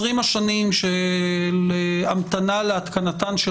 20 השנים הללו של המתנה להתקנתן של